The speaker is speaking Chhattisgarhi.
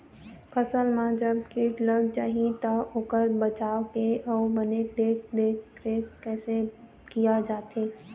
फसल मा जब कीट लग जाही ता ओकर बचाव के अउ बने देख देख रेख कैसे किया जाथे?